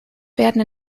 werden